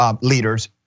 leaders